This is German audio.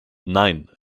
nein